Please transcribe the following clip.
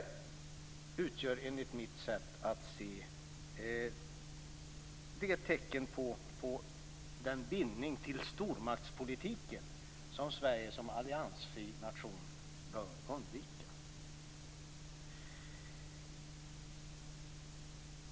Detta är enligt mitt sätt att se ett tecken på den bindning till stormaktspolitiken som Sverige som alliansfri nation bör undvika.